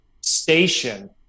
station